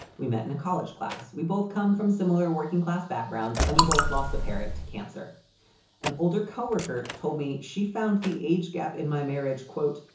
we met in a college class. we both come from similar working class backgrounds and we both lost a parent to cancer an older co-worker told me she found the age gap in my marriage, quote,